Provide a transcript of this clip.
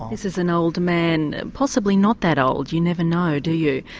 this is an old man, possibly not that old you never know do you,